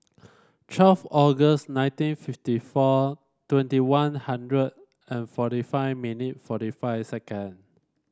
twelve August nineteen fifty four twenty One Hundred and forty five minute forty five second